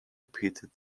repeated